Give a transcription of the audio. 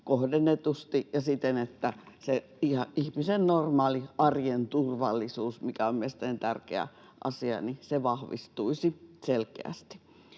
kohdennetusti ja siten, että se ihmisen normaali arjen turvallisuus, mikä on mielestäni tärkeä asia, vahvistuisi selkeästi.